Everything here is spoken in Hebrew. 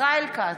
ישראל כץ,